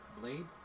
Blade